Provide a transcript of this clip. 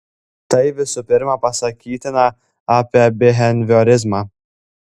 tai visų pirma pasakytina apie biheviorizmą